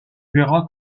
verras